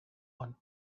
one